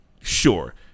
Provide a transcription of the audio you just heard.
sure